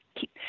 keep